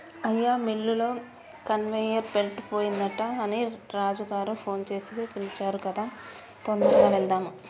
అయ్యా మిల్లులో conveyor belt పోయిందట అని రాజు గారు ఫోన్ సేసి పిలిచారు పదా తొందరగా వెళ్దాము